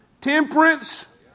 Temperance